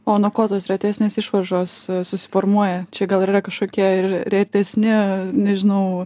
o nuo ko tos retesnės išvaržos susiformuoja čia gal ir yra kažkokie ir retesni nežinau